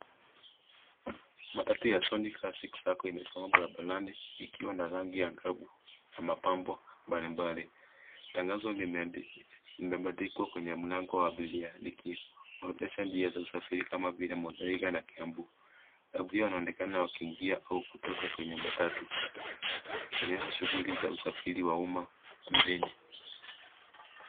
Matatu ya Sony Classic yamesimama barabarani yakiwa na rangi ya ngavu na mapambo mbalimbali. Tangazo limebandikwa kwenye mlango wa abiria likiorodhesha njia za usalama kama vile muthaiga na kiambu. Abiria wanaonekana wakiingia au kutoka kwenye matatu ikionyesha shughuli za usafiri wa umma mjini.